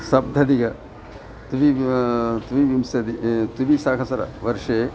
सप्तधिक द्वि द्विविंशतिः द्विसहस्रवर्षे